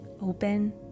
open